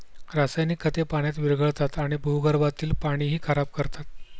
रासायनिक खते पाण्यात विरघळतात आणि भूगर्भातील पाणीही खराब करतात